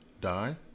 Die